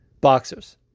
boxers